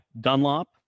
Dunlop